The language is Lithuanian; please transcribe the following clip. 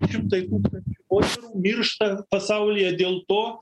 šimtai tūkstančių moterų miršta pasaulyje dėl to